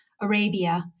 Arabia